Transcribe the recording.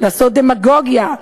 לעשות דמגוגיה,